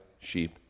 sheep